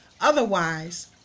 Otherwise